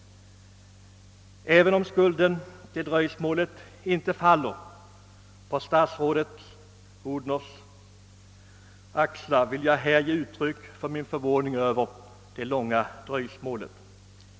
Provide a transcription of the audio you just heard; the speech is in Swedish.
Även om skulden till dröjsmålet inte faller på statsrådet Odhnoff vill jag här ändå ge uttryck åt min förvåning över det långa dröjsmålet.